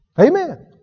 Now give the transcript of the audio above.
amen